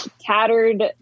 tattered